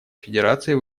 федерацией